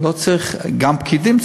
גם פקידים צריך,